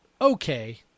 okay